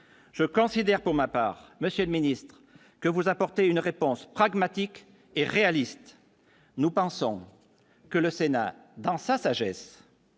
je considère pour ma part, Monsieur le Ministre, que vous apporter une réponse pragmatique et réaliste, nous pensons que le Sénat dans sa sagesse,